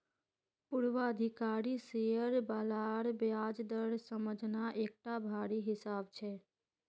पूर्वाधिकारी शेयर बालार ब्याज दर समझना एकटा भारी हिसाब छै